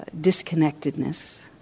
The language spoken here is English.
disconnectedness